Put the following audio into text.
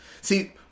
See